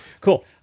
Cool